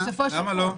למה לא?